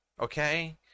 okay